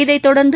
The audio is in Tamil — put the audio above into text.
இதைதொடர்ந்து